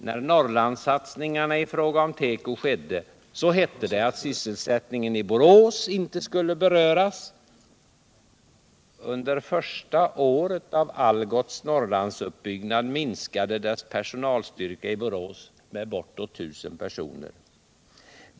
När Norrlandssatsningarna i fråga om teko skedde, hette det att sysselsättningen i Borås inte skulle beröras. Under det första året av Algots Norrlandsbyggnad minskade personalstyrkan i Borås med bortåt 1000 personer.